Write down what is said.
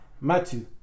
Matthew